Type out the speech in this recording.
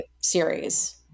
series